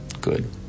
Good